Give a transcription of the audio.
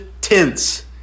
tense